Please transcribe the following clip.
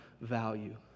value